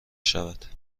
شود